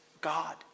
God